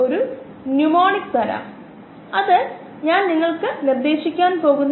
ഒരു കോശം ബയോ റിയാക്ടറിലെ 2 കോശമായി മാറുന്നു അത് പിന്നെ 4 കോശമായി മാറുന്നു എന്നിങ്ങനെ പോകുന്നു